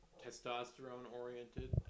testosterone-oriented